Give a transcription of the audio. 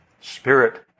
spirit